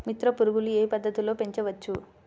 మిత్ర పురుగులు ఏ పద్దతిలో పెంచవచ్చు?